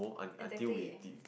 exactly